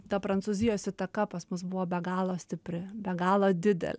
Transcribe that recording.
ta prancūzijos įtaka pas mus buvo be galo stipri be galo didel